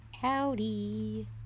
Howdy